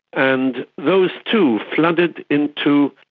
and those too flooded into,